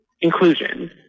inclusion